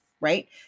right